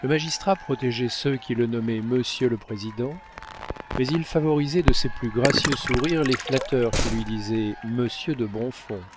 le magistrat protégeait ceux qui le nommaient monsieur le président mais il favorisait de ses plus gracieux sourires les flatteurs qui lui disaient monsieur de bonfons